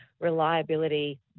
reliability